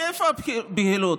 מאיפה הבהילות?